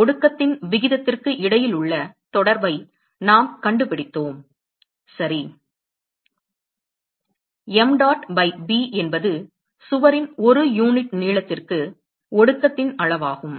ஒடுக்கத்தின் விகிதத்திற்கு இடையிலுள்ள தொடர்பை நாம் கண்டுபிடித்தோம் சரி mdot பை b என்பது சுவரின் ஒரு யூனிட் நீளத்திற்கு ஒடுக்கத்தின் அளவாகும்